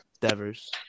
Devers